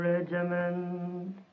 Regiment